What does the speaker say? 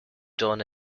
done